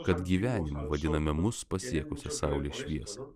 kad gyvenimu vadiname mus pasiekusią saulės šviesą